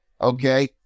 okay